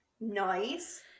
Nice